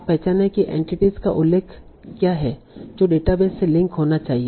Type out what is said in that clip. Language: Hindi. आप पहचानें कि एंटिटीस का उल्लेख क्या है जो डेटाबेस से लिंक होना चाहिए